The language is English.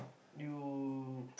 do